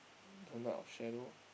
turn out of shadow